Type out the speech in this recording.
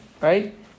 right